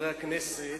חברי הכנסת,